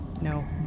No